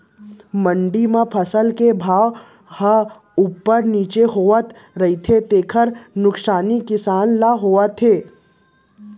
मंडी म फसल के भाव ह उप्पर नीचे होवत रहिथे तेखर नुकसानी किसान ल होथे